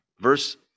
Verse